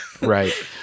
Right